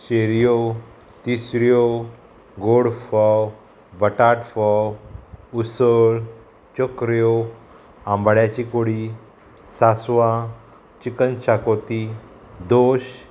शेरयो तिसऱ्यो गोड फोव बटाट फोव उसळ चकऱ्यो आंबाड्याची कोडी सासवां चिकन शाकोती दोश